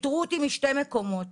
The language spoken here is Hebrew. פיטרו אותי משתי מקומות